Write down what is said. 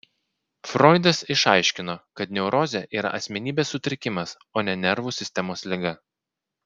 froidas išaiškino kad neurozė yra asmenybės sutrikimas o ne nervų sistemos liga